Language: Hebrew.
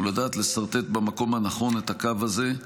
הוא לדעת לסרטט במקום הנכון את הקו הזה,